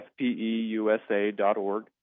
FPEUSA.org